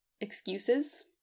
excuses